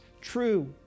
true